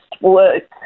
work